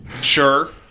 sure